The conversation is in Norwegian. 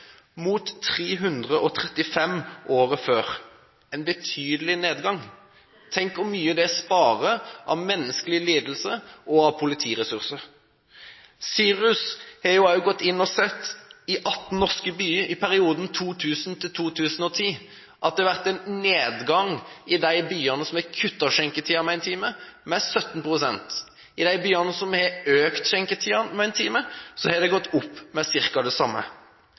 sparer av menneskelige lidelser – og av politiressurser. SIRUS har også gått inn og sett på dette. I 18 norske byer var det i perioden 2000–2010 en nedgang i voldssaker i de byene som har innskrenket skjenketidene med en time, på 17 pst. I de byene som har utvidet skjenketidene med en time, har det vært en økning med ca. det samme.